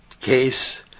case